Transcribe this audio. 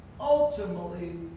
ultimately